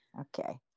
okay